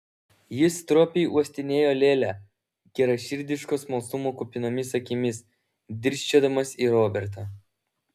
jis stropiai uostinėjo lėlę geraširdiško smalsumo kupinomis akimis dirsčiodamas į robertą